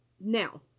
Now